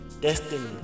destiny